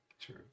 True